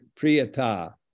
priyata